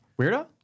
Weirdo